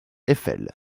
eiffel